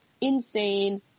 insane